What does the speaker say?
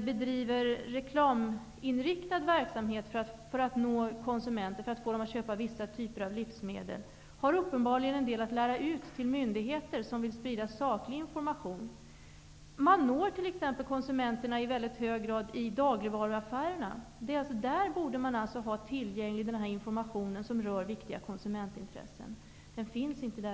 bedriver reklaminriktad verksamhet för att nå konsumenter, för att få dem att köpa vissa typer av livsmedel. De har uppenbarligen en del att lära ut till myndigheter som vill sprida saklig information. Man når t.ex. konsumenterna i väldigt hög grad i dagligvaruaffärerna. Där borde alltså den här informationen, som rör viktiga konsumentintressen, finnas tillgänglig.